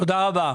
תודה רבה.